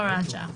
הוראת שעה.